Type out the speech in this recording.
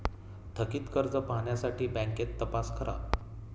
थकित कर्ज पाहण्यासाठी बँकेत तपास करा